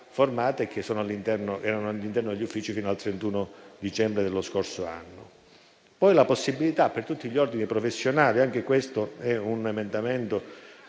formate e che erano all'interno degli uffici fino al 31 dicembre dello scorso anno. Si è prevista inoltre la possibilità per tutti gli ordini professionali - anche questo è un emendamento